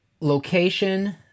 location